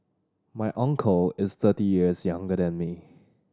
my uncle is thirty years younger than me